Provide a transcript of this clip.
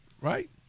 right